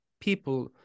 people